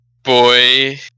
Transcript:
Boy